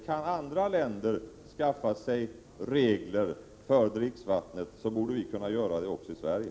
Kan andra länder skaffa sig regler för dricksvattnet, borde vi kunna göra det också i Sverige.